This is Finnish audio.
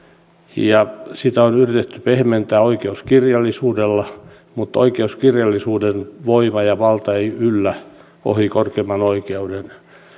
sitä on yritetty pehmentää oikeuskirjallisuudella mutta oikeuskirjallisuuden voima ja valta ei yllä ohi korkeimman oikeuden